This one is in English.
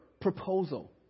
proposal